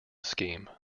scheme